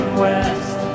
west